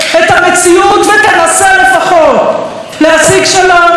את המציאות ותנסה לפחות להשיג שלום?